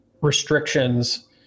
restrictions